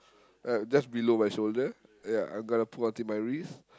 uh just below my shoulder ya I'm gonna put until my wrist